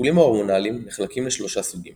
הטיפולים ההורמונליים נחלקים לשלושה סוגים